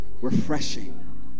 refreshing